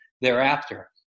thereafter